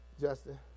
Justin